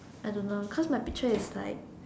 I don't know cause my picture is like